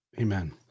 Amen